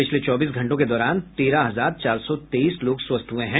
पिछले चौबीस घंटों के दौरान तेरह हजार चार सौ तेईस लोग स्वस्थ हए हैं